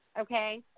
Okay